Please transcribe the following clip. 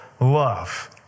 love